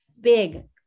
big